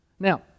Now